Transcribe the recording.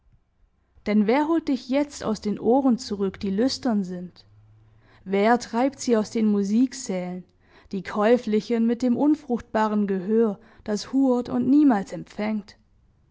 denn wer holt dich jetzt aus den ohren zurück die lüstern sind wer treibt sie aus den musiksälen die käuflichen mit dem unfruchtbaren gehör das hurt und niemals empfängt